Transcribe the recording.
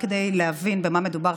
רק כדי להבין במה מדובר,